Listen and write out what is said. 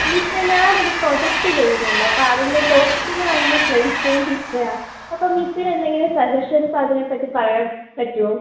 മിസ്സേ ഞാനൊരു പ്രൊജക്ട് ചെയ്യുന്നുണ്ട് അപ്പം അതിന്റെ ടോപ്പിക്കെന്ന് പറയുമ്പം പ്ലേസ് നെയിം ഹിസ്ട്രിയാ അപ്പം മിസ്സിനെന്തെങ്കിലും സജഷന്സ് അതിനെപ്പറ്റി പറയാന് പറ്റുമോ